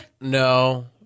No